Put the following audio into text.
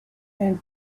and